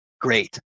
great